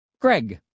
Greg